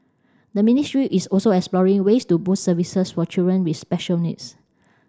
the ministry is also exploring ways to boost services for children with special needs